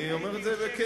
אני אומר את זה בכנות,